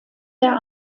der